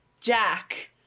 jack